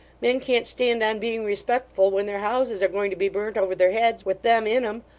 men can't stand on being respectful when their houses are going to be burnt over their heads, with them in em.